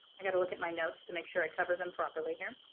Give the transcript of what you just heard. i gotta look at my notes to make sure i cover them properly here.